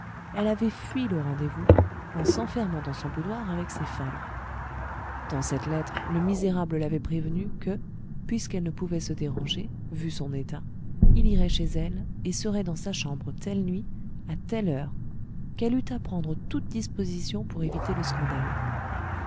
elle avait fui le rendez-vous en s'enfermant dans son boudoir avec ses femmes dans cette lettre le misérable l'avait prévenue que puisqu'elle ne pouvait se déranger vu son état il irait chez elle et serait dans sa chambre telle nuit à telle heure qu'elle eût à prendre toute disposition pour éviter le scandale